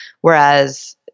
Whereas